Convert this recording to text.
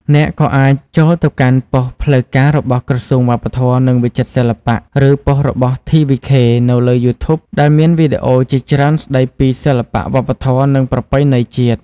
អ្នកក៏អាចចូលទៅកាន់ប៉ុស្តិ៍ផ្លូវការរបស់ ក្រសួងវប្បធម៌ និងវិចិត្រសិល្បៈ ឬប៉ុស្តិ៍របស់ TVK នៅលើ YouTube ដែលមានវីដេអូជាច្រើនស្តីពីសិល្បៈវប្បធម៌ និងប្រពៃណីជាតិ។